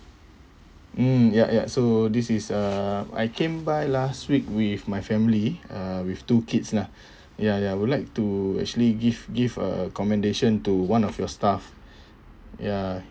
mm ya ya so this is uh I came by last week with my family uh with two kids lah ya ya I would like to actually give give a commendation to one of your staff ya